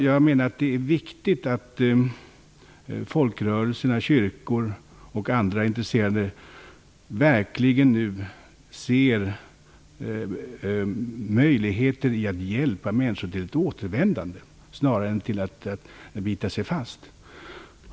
Jag menar att det är viktigt att folkrörelserna, kyrkor och andra intresserade nu verkligen ser möjligheter i att hjälpa människor till ett återvändande snarare än till att bita sig fast.